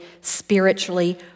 spiritually